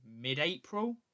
mid-April